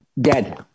dead